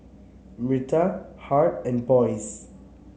Myrta Hart and Boyce